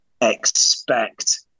expect